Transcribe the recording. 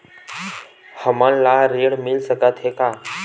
हमन ला ऋण मिल सकत हे का?